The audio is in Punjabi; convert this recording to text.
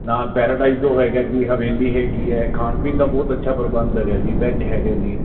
ਨਾਲ ਪੈਰਾਡਾਈਜ ਜੋ ਹੈਗਾ ਜੀ ਹਵੇਲੀ ਹੈਗੀ ਹੈ ਖਾਣ ਪੀਣ ਦਾ ਬਹੁਤ ਅੱਛਾ ਪ੍ਰਬੰਧ ਹੈਗਾ ਜੀ ਵੈਜ ਹੈਗਾ ਜੀ